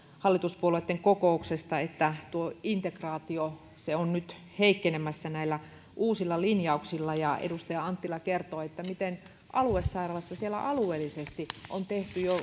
hallituspuolueitten kokouksesta että integraatio on nyt heikkenemässä näillä uusilla linjauksilla edustaja anttila kertoi miten aluesairaalassa alueellisesti on tehty jo